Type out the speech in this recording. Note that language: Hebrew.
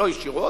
לא ישירות,